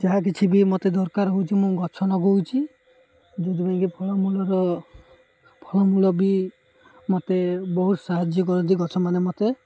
ଯାହା କିଛି ବି ମୋତେ ଦରକାର ହେଉଛି ମୁଁ ଗଛ ଲଗାଉଛି ଯେଉଥିପାଇଁକି ଫଳମୂଳର ଫଳମୂଳ ବି ମୋତେ ବହୁତ ସାହାଯ୍ୟ କରନ୍ତି ଗଛମାନେ ମୋତେ